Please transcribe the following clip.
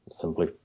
simply